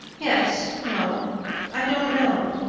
yes no i don't know,